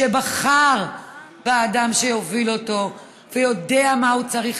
שבחר באדם שהוביל אותו ויודע מה הוא צריך